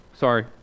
Sorry